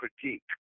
critique